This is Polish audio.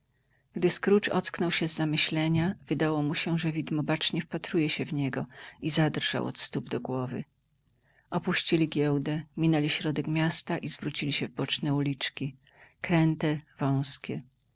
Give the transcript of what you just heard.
gdy scrooge ocknął się z zamyślenia wydało mu się że widmo bacznie wpatruje się w niego i zadrżał od stóp do głowy opuścili giełdę minęli środek miasta i zwrócili się w boczne uliczki kręte wązkie